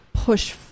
push